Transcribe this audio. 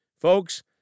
Folks